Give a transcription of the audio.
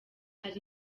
hari